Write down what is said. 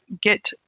get